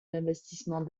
d’investissement